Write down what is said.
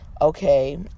Okay